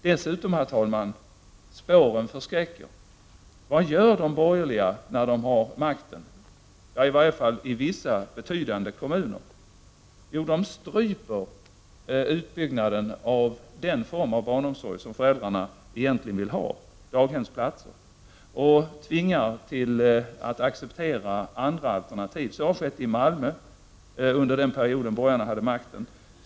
Dessutom vill jag säga att spåren förskräcker. Vad gör de borgerliga när de har makten, i varje fall i vissa, betydande kommuner? Jo, de stryper utbyggnaden av den form av barnomsorg som föräldrarna egentligen vill ta, nämligen daghemsplatser, och tvingar dem att acceptera andra alternativ. Så har skett i Malmö under den period då borgarna hade makten.